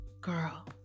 Girl